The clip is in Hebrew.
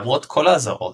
למרות כל האזהרות,